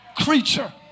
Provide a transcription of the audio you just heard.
creature